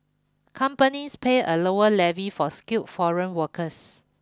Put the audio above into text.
companies pay a lower levy for skilled foreign workers